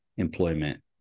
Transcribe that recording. employment